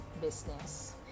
business